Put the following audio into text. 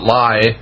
lie